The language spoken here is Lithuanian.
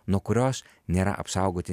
nuo kurios nėra apsaugoti